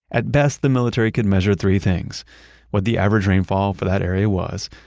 at best, the military could measure three things what the average rainfall for that area was,